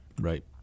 right